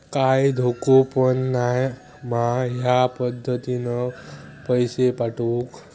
काय धोको पन नाय मा ह्या पद्धतीनं पैसे पाठउक?